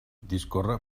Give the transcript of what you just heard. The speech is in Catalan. discorre